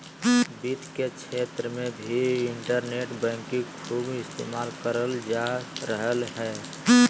वित्त के क्षेत्र मे भी इन्टरनेट बैंकिंग खूब इस्तेमाल करल जा रहलय हें